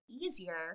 easier